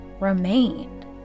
remained